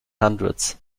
hundreds